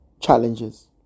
challenges